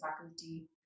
faculty